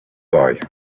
boy